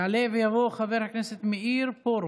יעלה ויבוא חבר הכנסת מאיר פרוש.